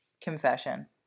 Confession